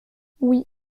oui